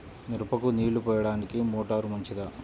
మిరపకు నీళ్ళు పోయడానికి మోటారు మంచిదా?